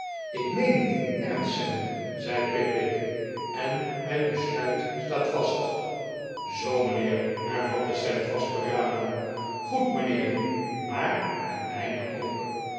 ik meen het in ernst sam zei pickwick en mijn besluit staat vast zoo mijnheer hervatte sam vastberaden goed mijnheer maar het mijne ook